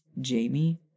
Jamie